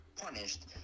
punished